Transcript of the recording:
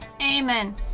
Amen